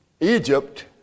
Egypt